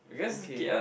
okay